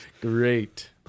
Great